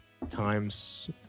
Times